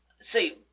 see